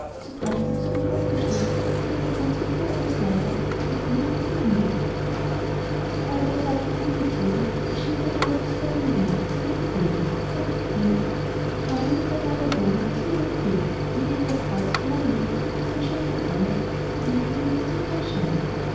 so prächtig so mit gold bestickt daß jeder prinz und fürst als neider nach ihnen hätte hingeblickt sobald er fertig angezogen erschien der geist auf seinen wink und er gebot ihm zeig dich flink ich habe mittlerweil erwogen was mir noch fehlt ein edles roß verlang ich das an schönheit alle verdunkelt in des sultans stalle